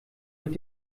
mit